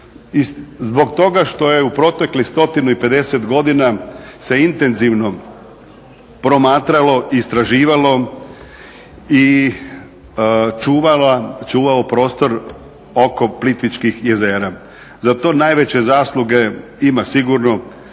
Zbog toga što je u proteklih stotinu i pedeset godina se intenzivno promatralo, i istraživalo i čuvao prostor oko Plitvičkih jezera. Za to najveće zasluge ima sigurno